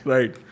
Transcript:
Right